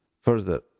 further